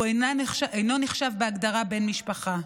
הוא אינו נחשב בהגדרה "בן משפחה",